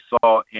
saw